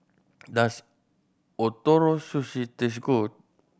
does Ootoro Sushi taste good